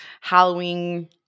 Halloween